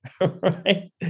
Right